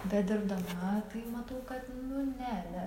bet dirbdama tai matau kad nu ne ne